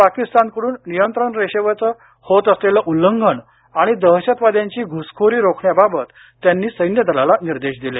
पाकिस्तानकडून नियंत्रण रेषेचे होत असलेलं उल्लंघन आणि दहशतवाद्यांची घुसखोरी रोखण्याबाबत त्यांनी सैन्यदलाला निर्देश दिले